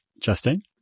Justine